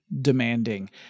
demanding